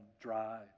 dry